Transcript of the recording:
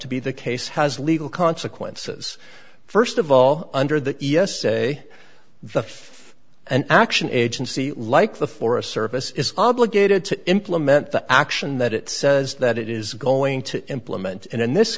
to be the case has legal consequences st of all under the e s a the th an action agency like the forest service is obligated to implement the action that it says that it is going to implement and in this